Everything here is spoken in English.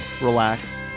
relax